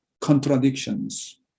contradictions